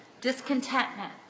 discontentment